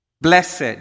Blessed